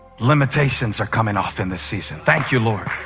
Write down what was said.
limitations are coming off in this season. thank you, lord.